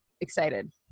excited